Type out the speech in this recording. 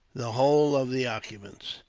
the whole of the occupants.